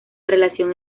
relación